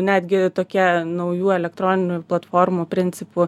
netgi tokia naujų elektroninių platformų principu